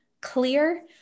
clear